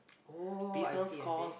oh I see I see